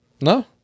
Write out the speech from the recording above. No